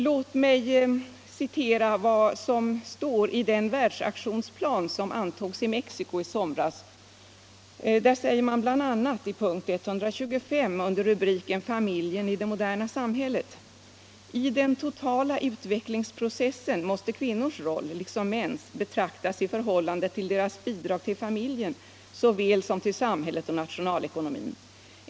Låt mig citera vad som står i den världsaktionsplan som antogs i Mexico i somras. Där sägs bl.a. i p. 125 under rubriken Familjen i det moderna samhället: ”I den totala utvecklingsprocessen måste kvinnors roll, liksom mäns, betraktas i förhållande till deras bidrag till familjen såväl som till samhället och nationalekonomien.